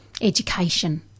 education